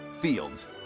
Fields